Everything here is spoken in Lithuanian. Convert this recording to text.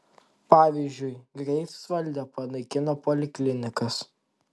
pavyzdžiui greifsvalde panaikino poliklinikas